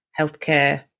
healthcare